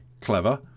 clever